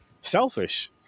Selfish